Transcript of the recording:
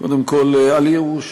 קודם כול, אל ייאוש.